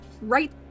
right